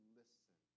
listen